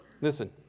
Listen